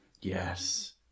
Yes